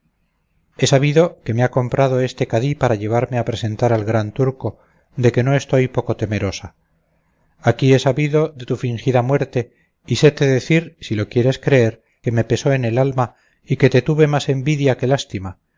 he sabido que me ha comprado este cadí para llevarme a presentar al gran turco de que no estoy poco temerosa aquí he sabido de tu fingida muerte y séte decir si lo quieres creer que me pesó en el alma y que te tuve más envidia que lástima